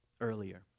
earlier